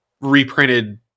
reprinted